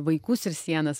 vaikus ir sienas